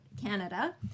Canada